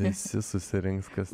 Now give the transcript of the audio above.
visi susirinks kas